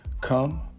come